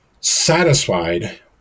satisfied